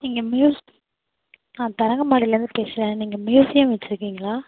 நீங்கள் ம்யூஸ் நான் தரங்கம்பாடிலர்ந்து பேசுகிறேன் நீங்கள் மியூசியம் வச்சிருக்கிங்களா